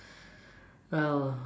well